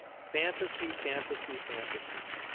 fantasy, fantasy, fantasy.